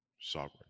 sovereign